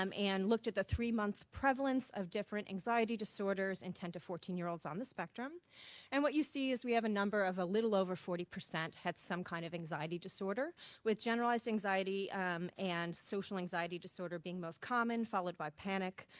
um and looked at the three month prevalence of different anxiety disorders in ten to fourteen year olds on the spectrum and what you see is we have a number of a little over forty percent had some kind of anxiety disorder with generalized anxiety and social being most common followed by panic,